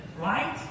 right